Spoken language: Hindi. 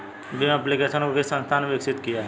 भीम एप्लिकेशन को किस संस्था ने विकसित किया है?